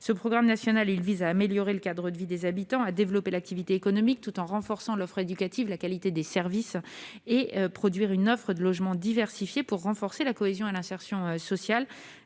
Ce programme national vise à améliorer le cadre de vie des habitants, à développer l'activité économique tout en renforçant l'offre éducative et la qualité des services publics, ainsi qu'à produire une offre de logements diversifiée pour renforcer la cohésion et l'insertion sociale